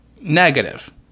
negative